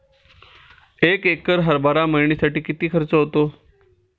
एक एकर हरभरा मळणीसाठी किती खर्च होतो?